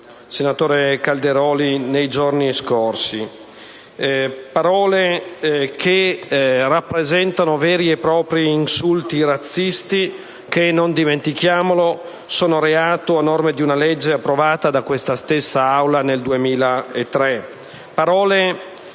senatore Calderoli, nei giorni scorsi. Parole che rappresentano veri e propri insulti razzisti, che - non dimentichiamolo - sono reato a norma di una legge approvata da questa stessa Aula nel 2003. Parole